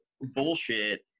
bullshit